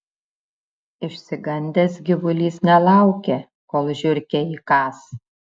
išsigandęs gyvulys nelaukė kol žiurkė įkąs